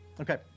Okay